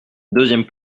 deuxième